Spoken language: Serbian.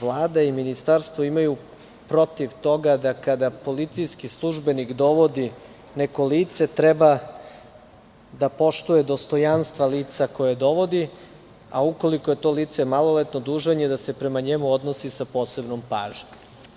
Vlada i Ministarstvo imaju protiv toga da, kada policijski službenik dovodi neko lice, treba da poštuje dostojanstva lica koja dovodi, a ukoliko je to lice maloletno, dužan je da se prema njemu odnosi sa posebnom pažnjom.